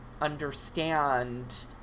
understand